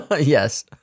Yes